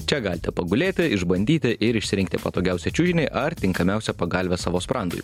čia galite pagulėti išbandyti ir išsirinkti patogiausią čiužinį ar tinkamiausią pagalvę savo sprandui